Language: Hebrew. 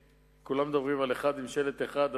כולם מדברים על אחד עם שלט אחד,